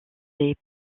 les